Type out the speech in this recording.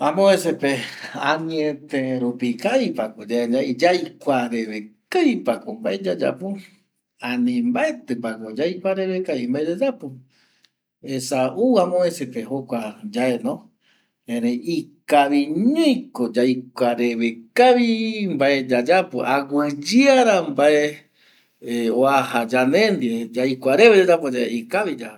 ﻿Amovese pe añeterupi kavipako yae ñai yaikuareve kavipako mbae yayapo ani mbaetipako yaikua reve kavi mbae yayapo esa ou amopevese jokua yaeno erei ikaviñoiko yaikuareve kavii mbae yayapo aguiyeara mbae oaja yandendie yaikuareve mbae yayapoyae ikavi